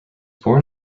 born